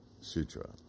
Sutra